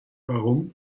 warum